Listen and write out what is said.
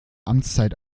amtszeit